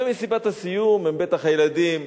ובמסיבת הסיום בטח הילדים